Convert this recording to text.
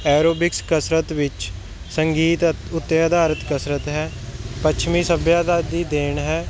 aerobics ਕਸਰਤ ਵਿੱਚ ਸੰਗੀਤ ਉੱਤੇ ਅਧਾਰਤ ਕਸਰਤ ਹੈ ਪੱਛਮੀ ਸੱਭਿਅਤਾ ਦੀ ਦੇਣ ਹੈ